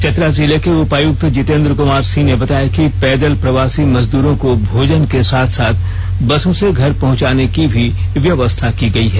चतरा जिले के उपायुक्त जितेंद्र कुमार सिंह ने बताया कि पैदल प्रवासी मजदूरों को भोजन के साथ साथ बसों से घर पहुचाने की भी व्यवस्था की गई है